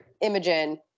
Imogen